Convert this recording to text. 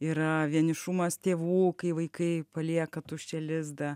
yra vienišumas tėvų kai vaikai palieka tuščią lizdą